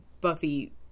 Buffy